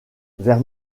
vers